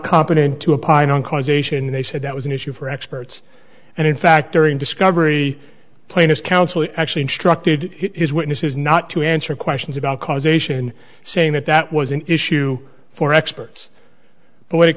competent to apply on causation and they said that was an issue for experts and in fact during discovery plaintiff counsel actually instructed his witnesses not to answer questions about causation saying that that was an issue for experts but when it